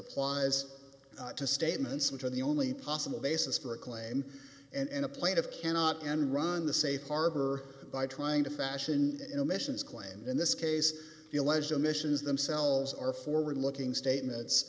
applies to statements which are the only possible basis for a claim and a plate of cannot end run the safe harbor by trying to fashion emissions claimed in this case the alleged omissions themselves are forward looking statements